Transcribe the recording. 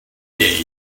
day